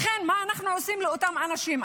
לכן, מה אנחנו עושים לאותם אנשים?